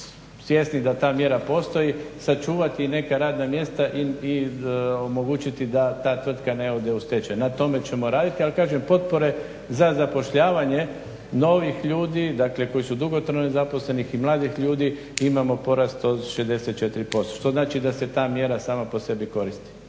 svjesni da ta mjera postoji sačuvati neka radna mjesta i omogućiti da ta tvrtka ne ode u stečaj. Na tome ćemo raditi, ali kažem potpore za zapošljavanje novih ljudi, dakle koji su dugotrajno nezaposleni i mladih ljudi imamo porast od 64%. Što znači da se ta mjera sama po sebi koristi.